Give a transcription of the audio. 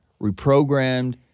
reprogrammed